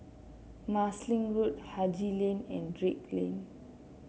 Marsiling Road Haji Lane and Drake Lane